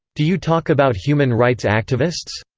do you talk about human rights activists?